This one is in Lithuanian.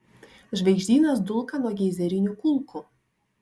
žvaigždynas dulka nuo geizerinių kulkų